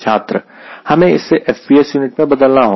छात्र हमें इससे FPS यूनिट में बदलना होगा